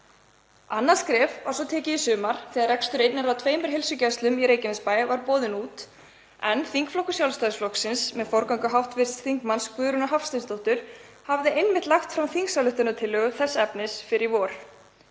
Annað skref var tekið í sumar þegar rekstur einnar af tveimur heilsugæslum í Reykjanesbæ var boðinn út en þingflokkur Sjálfstæðisflokksins með forgöngu hv. þm. Guðrúnar Hafsteinsdóttur hafði einmitt lagt fram þingsályktunartillögu þess efnis fyrr í vor.